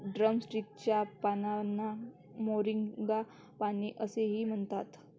drumstick च्या पानांना मोरिंगा पाने असेही म्हणतात